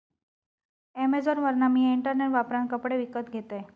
अॅमेझॉनवरना मिया इंटरनेट वापरान कपडे विकत घेतलंय